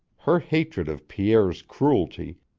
her hatred of pierre's cruelty,